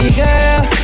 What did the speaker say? girl